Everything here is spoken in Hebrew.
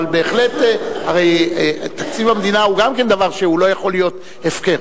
הרי תקציב המדינה הוא גם דבר שלא יכול להיות הפקר.